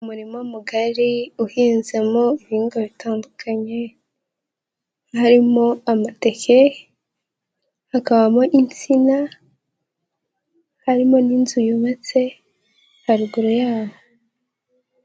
Umurima mugari uhinzemo ibihingwa bitandukanye, harimo amateke, hakabamo insina, harimo n'inzu yubatse haruguru yawo.